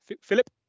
Philip